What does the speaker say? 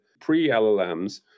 pre-LLMs